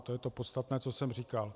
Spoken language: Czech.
To je to podstatné, co jsem říkal.